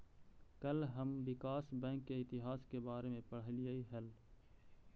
कल हम विकास बैंक के इतिहास के बारे में पढ़लियई हल